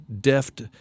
Deft